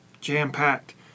jam-packed